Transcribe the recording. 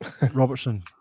Robertson